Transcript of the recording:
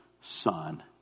son